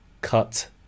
cut